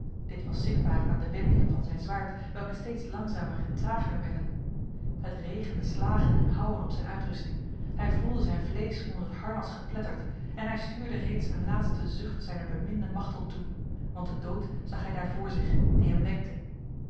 dit was zichtbaar aan de wendingen van zijn zwaard welke steeds langzamer en trager werden het regende slagen en houwen op zijn uitrusting hij voelde zijn vlees onder het harnas gepletterd en hij stuurde reeds een laatste zucht zijner beminde machteld toe want de dood zag hij daar voor zich die hem wenkte